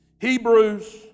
Hebrews